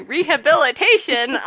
Rehabilitation